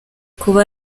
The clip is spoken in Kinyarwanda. kuba